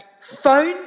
phone